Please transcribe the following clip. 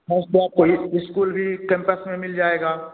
first बात तो ये इस्कूल भी कैम्पस में मिल जाएगा